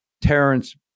Terrence